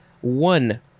One